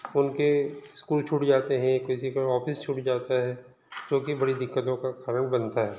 उनके स्कूल छूट जाते हैं किसी का ऑफ़िस छूट जाता है जोकि बड़ी दिक़्क़तों का कारण बनता है